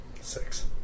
Six